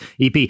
EP